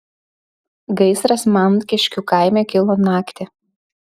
gaisras mankiškių kaime kilo naktį